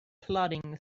plodding